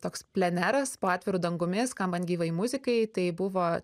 toks pleneras po atviru dangumi skambant gyvai muzikai tai buvo